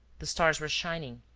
the stars were shining,